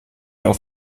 auf